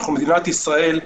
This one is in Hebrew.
אנחנו מדינת ישראל.